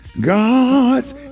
God's